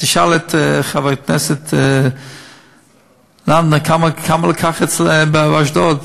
תשאל את חברת הכנסת לנדבר, כמה לקח באשדוד?